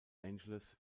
angeles